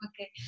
okay